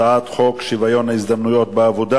הצעת חוק שוויון ההזדמנויות בעבודה